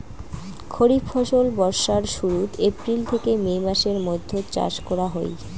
খরিফ ফসল বর্ষার শুরুত, এপ্রিল থেকে মে মাসের মৈধ্যত চাষ করা হই